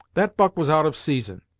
that buck was out of season,